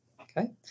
Okay